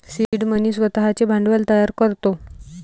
seed money स्वतःचे भांडवल तयार करतो